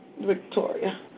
Victoria